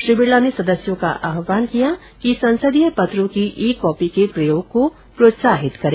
श्री बिरला ने सदस्यों का आह्वान किया कि संसदीय पत्रों की ई कॉपी के प्रयोग को प्रोत्साहित करें